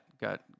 got